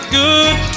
good